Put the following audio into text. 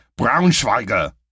Braunschweiger